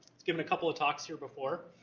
given a couple of talks here before.